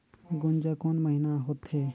गुनजा कोन महीना होथे?